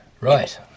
Right